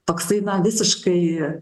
toksai na visiškai